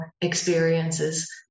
experiences